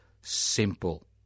simple